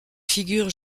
figure